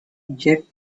yet